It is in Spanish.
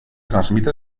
transmite